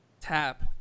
tap